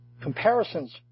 Comparisons